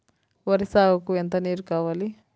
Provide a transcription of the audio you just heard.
వరి సాగుకు ఎంత నీరు కావాలి?